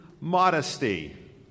modesty